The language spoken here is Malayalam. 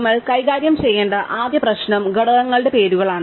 നമ്മൾ കൈകാര്യം ചെയ്യേണ്ട ആദ്യ പ്രശ്നം ഘടകങ്ങളുടെ പേരുകളാണ്